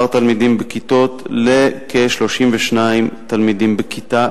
התלמידים בכיתות לכ-32 תלמידים בכיתה,